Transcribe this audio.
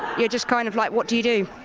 you're just kind of like what do you do